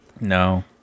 no